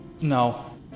No